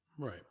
Right